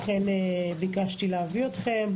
לכן ביקשתי להביא אתכם,